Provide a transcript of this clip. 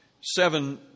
Seven